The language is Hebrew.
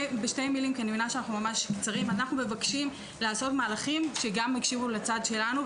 אנחנו מבקשים שגם יקשיבו לצד שלנו,